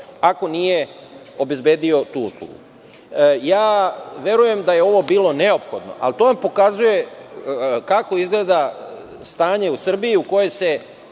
ako nije obezbedio tu uslugu. Ja verujem da je ovo bilo neophodno ali to vam pokazuje kako izgleda stanje u Srbiji u kojoj se